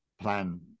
plan